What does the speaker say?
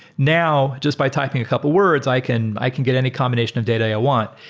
now just by typing a couple of words, i can i can get any combination of data i want.